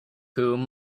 whom